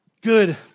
good